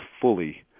fully